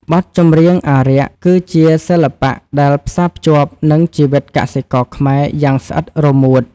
បទចម្រៀងអារក្ស គឺជាសិល្បៈដែលផ្សារភ្ជាប់នឹងជីវិតកសិករខ្មែរយ៉ាងស្អិតរមួត។